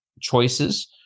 choices